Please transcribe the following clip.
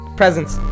presents